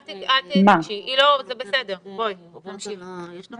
בואו נגיד, שאם אני